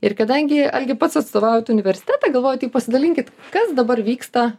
ir kadangi algi pats atstovaujat universitetą galvoju tai pasidalinkit kas dabar vyksta